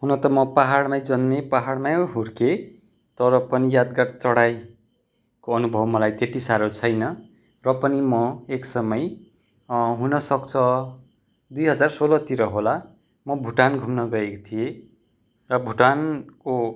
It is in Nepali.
हुन त म पाहाडमै जन्मेँ पाहाडमै हुर्केँ तर पनि यादगार चढाइको अनुभव मलाई त्यति साह्रो छैन र पनि म एक समय हुनसक्छ दुई हजार सोह्रतिर होला म भुटान घुम्न गएको थिएँ र भुटानको